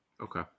Okay